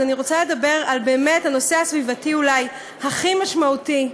אז אני רוצה לדבר על באמת הנושא הסביבתי אולי הכי משמעותי,